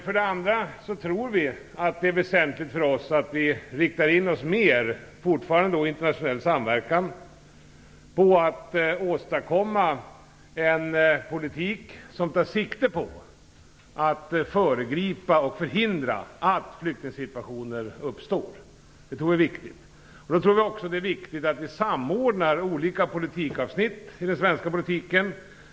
För det andra tror vi att det är väsentligt att vårt land riktar in sig mer, fortfarande i internationell samverkan, på att åstadkomma en politik som tar sikte på att förhindra att flyktingsituationer uppstår. Vi tror också att det är viktigt att samordna olika avsnitt i den svenska politiken.